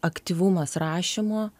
aktyvumas rašymo